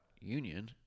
union